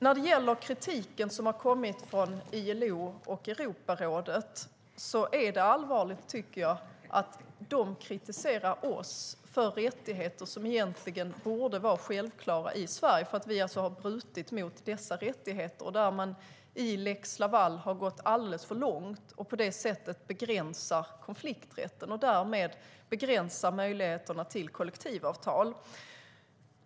När det gäller kritiken som har kommit från ILO och Europarådet är det allvarligt, tycker jag, att de kritiserar oss för att vi har brutit mot rättigheter som egentligen borde vara självklara i Sverige. I lex Laval har man gått alldeles för långt i att begränsa konflikträtten och därmed begränsa möjligheterna till kollektivavtal.